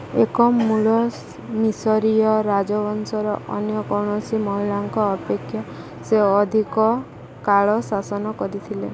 ଏକ ମୂଳ ମିଶରୀୟ ରାଜବଂଶର ଅନ୍ୟ କୌଣସି ମହିଳାଙ୍କ ଅପେକ୍ଷା ସେ ଅଧିକ କାଳ ଶାସନ କରିଥିଲେ